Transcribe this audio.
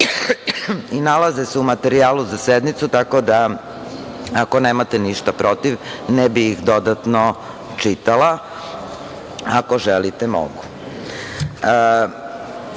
i nalaze se u materijalu za sednicu. Tako da ako nemate ništa protiv ne bi ih dodatno čitala, a ako želite mogu.Za